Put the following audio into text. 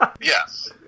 Yes